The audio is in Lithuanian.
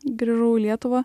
grįžau į lietuvą